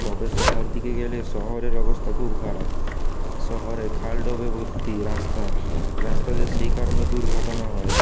তবে শহরের দিকে গেলে শহরের অবস্থা খুব খারাপ শহরে খাল ডোবে ভর্তি রাস্তা রাস্তাতে সেই কারণে দুর্ঘটনা হয়